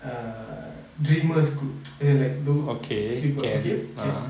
err dreamers group as in like those people okay can